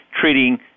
treating